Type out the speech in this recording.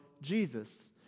Jesus